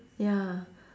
ya